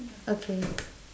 okay